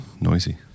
noisy